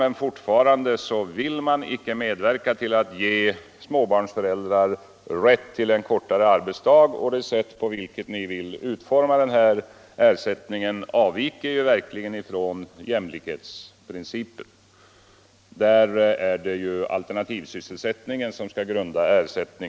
Men fortfarande vill man icke medverka till att ge småbarnsföräldrar rätt till en kortare arbetsdag, och det sätt på vilket man vill utforma ersättningen avviker ju verkligen ifrån jämlikhetsprincipen. Där är det alternativsysselsättningen som skall grunda ersättningen.